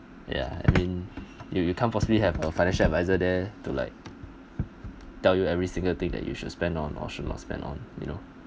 ya I mean if you can't possibly have a financial advisor there to like tell you every single thing that you should spend or should not spend on you know